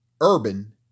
urban